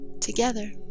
together